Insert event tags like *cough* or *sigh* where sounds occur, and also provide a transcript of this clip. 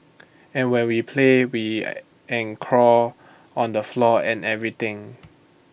and when we play we *noise* and crawl on the floor and everything